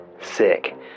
sick